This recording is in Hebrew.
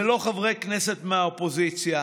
ללא חברי כנסת מהאופוזיציה,